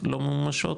לא ממומשות,